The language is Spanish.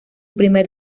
primer